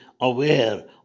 aware